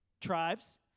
tribes